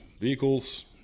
vehicles